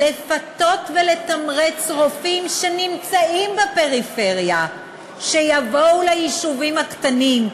לפתות ולתמרץ רופאים שנמצאים בפריפריה שיבואו ליישובים הקטנים,